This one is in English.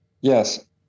Yes